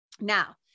Now